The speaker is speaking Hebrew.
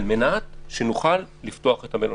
על מנת שנוכל לפתוח את המלונות.